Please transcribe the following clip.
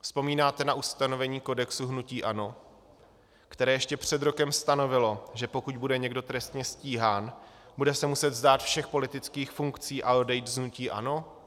Vzpomínáte na ustanovení kodexu hnutí ANO, které ještě před rokem stanovilo, že pokud bude někdo trestně stíhán, bude se muset vzdát všech politických funkcí a odejít z hnutí ANO?